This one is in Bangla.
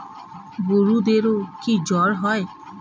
গরুদেরও কি জ্বর হয়?